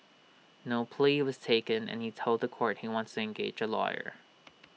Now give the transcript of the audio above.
no plea was taken and he told The Court he wants engage A lawyer